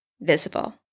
visible